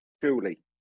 truly